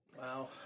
Wow